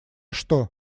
что